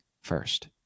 first